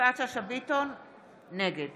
נגד